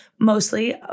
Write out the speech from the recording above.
mostly